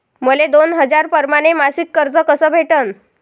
मले दोन हजार परमाने मासिक कर्ज कस भेटन?